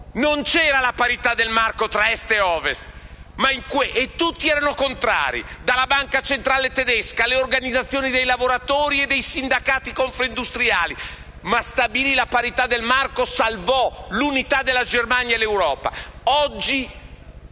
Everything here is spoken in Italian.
Non c'era la parità del marco tra Germania Est ed Ovest e tutti erano contrari, dalla Banca centrale tedesca alle organizzazioni dei lavoratori e dei sindacati confindustriali, ma Kohl stabilì la parità del marco, e così salvò l'unità della Germania e dell'Europa.